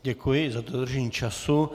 Děkuji i za dodržení času.